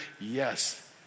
Yes